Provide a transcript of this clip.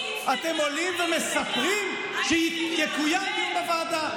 אתם עולים ומספרים שיקוים דיון בוועדה?